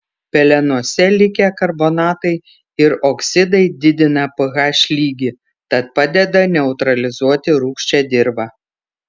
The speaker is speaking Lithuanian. pelenuose likę karbonatai ir oksidai didina ph lygį tad padeda neutralizuoti rūgščią dirvą